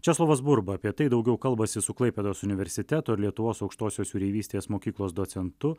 česlovas burba apie tai daugiau kalbasi su klaipėdos universiteto lietuvos aukštosios jūreivystės mokyklos docentu